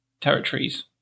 territories